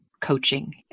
coaching